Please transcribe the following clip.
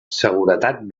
seguretat